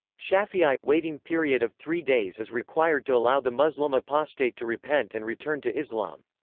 shafi'i waiting period of three days is required to allow the muslim apostate to repent and return to islam.